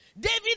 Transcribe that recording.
David